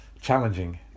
challenging